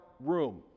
room